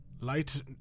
light